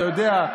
אתה יודע,